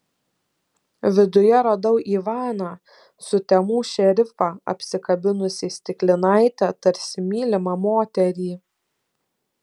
viduje radau ivaną sutemų šerifą apsikabinusį stiklinaitę tarsi mylimą moterį